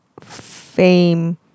fame